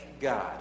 God